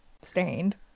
Stained